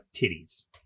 titties